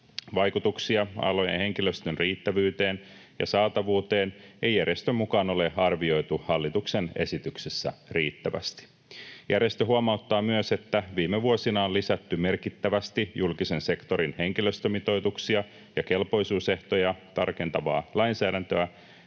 Vaikutuksia alojen henkilöstön riittävyyteen ja saatavuuteen ei järjestön mukaan ole arvioitu hallituksen esityksessä riittävästi. Järjestö huomauttaa myös, että viime vuosina on lisätty merkittävästi julkisen sektorin henkilöstömitoituksia ja kelpoisuusehtoja tarkentavaa lainsäädäntöä,